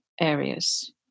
areas